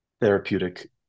therapeutic